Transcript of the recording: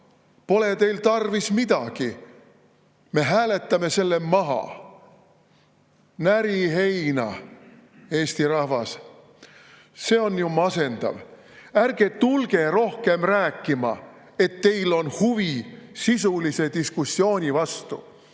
pole teil tarvis midagi, me hääletame selle maha, näri heina, Eesti rahvas! See on ju masendav. Ärge tulge rohkem rääkima, et teil on huvi sisulise diskussiooni vastu,